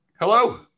Hello